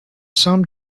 some